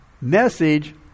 message